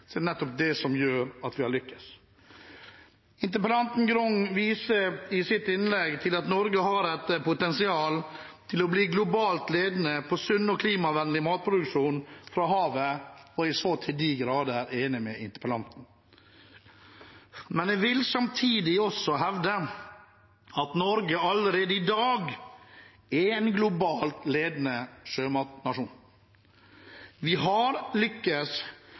vi lyktes. Interpellanten Grung viser i sitt innlegg til at Norge har et potensial til å bli globalt ledende på sunn og klimavennlig matproduksjon fra havet, og jeg er så til de grader enig med interpellanten. Men samtidig vil jeg hevde at Norge allerede i dag er en globalt ledende sjømatnasjon. Vi har lyktes med mye, og vi vil lykkes